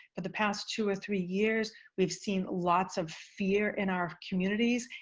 for the past two or three years, we've seen lots of fear in our communities,